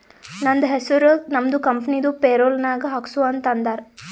ನಂದ ಹೆಸುರ್ ನಮ್ದು ಕಂಪನಿದು ಪೇರೋಲ್ ನಾಗ್ ಹಾಕ್ಸು ಅಂತ್ ಅಂದಾರ